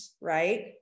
right